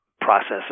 Processes